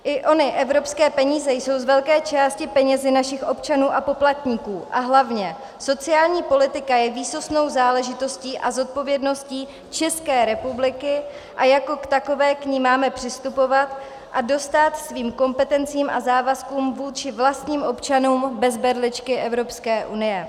I ony evropské peníze jsou z velké části penězi našich občanů a poplatníků a hlavně sociální politika je výsostnou záležitostí a zodpovědností České republiky a jako k takové k ní máme přistupovat a dostát svým kompetencím a závazkům vůči vlastním občanům bez berličky Evropské unie.